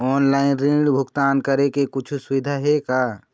Online ऋण भुगतान करे के कुछू सुविधा हे का?